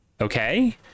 okay